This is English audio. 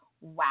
wow